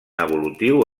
evolutiu